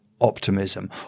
optimism